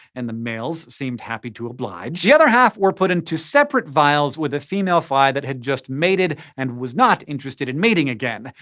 and the males seemed happy to oblige. the other half were put into separate vials with a female fly that had just mated and was not interested in mating again.